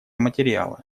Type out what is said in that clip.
материала